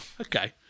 okay